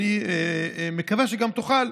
אני מקווה שגם תוכל,